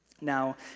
Now